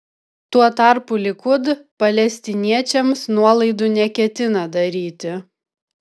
tuo tarpu likud palestiniečiams nuolaidų neketina daryti